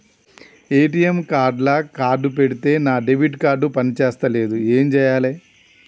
ATM లా card పెడితే నా డెబిట్ కార్డ్ పని చేస్తలేదు ఏం చేయాలే?